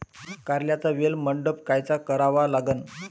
कारल्याचा वेल मंडप कायचा करावा लागन?